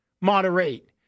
moderate